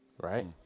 right